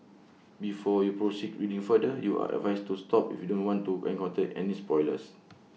before you proceed reading further you are advised to stop if you don't want to encounter any spoilers